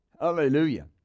Hallelujah